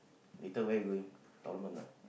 later where you going tournament ah